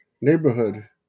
neighborhood